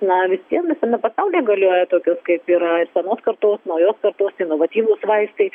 na visiem visame pasaulyje galioja tokios kaip yra senos kartos naujos kartos inovatyvūs vaistai